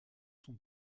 son